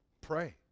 Pray